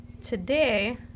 Today